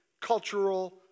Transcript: cultural